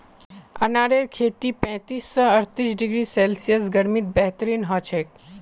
अनारेर खेती पैंतीस स अर्तीस डिग्री सेल्सियस गर्मीत बेहतरीन हछेक